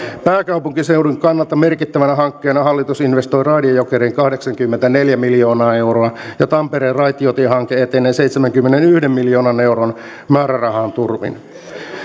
pääkaupunkiseudun kannalta merkittävänä hankkeena hallitus investoi raide jokeriin kahdeksankymmentäneljä miljoonaa euroa ja tampereen raitiotiehanke etenee seitsemänkymmenenyhden miljoonan euron määrärahan turvin